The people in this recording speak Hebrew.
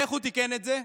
ואיך הוא תיקן את זה?